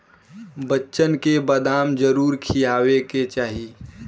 बच्चन के बदाम जरूर खियावे के चाही